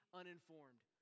uninformed